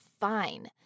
fine